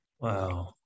Wow